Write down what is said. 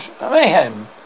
mayhem